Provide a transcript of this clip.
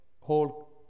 whole